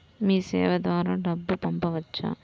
మీసేవ ద్వారా డబ్బు పంపవచ్చా?